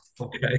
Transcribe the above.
Okay